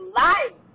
life